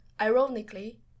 Ironically